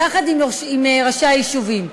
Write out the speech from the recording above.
יחד עם ראשי היישובים.